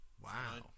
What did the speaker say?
wow